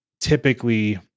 typically